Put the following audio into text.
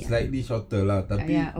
slightly shorter lah tapi